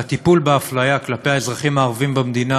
והטיפול באפליה כלפי האזרחים הערבים במדינה,